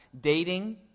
dating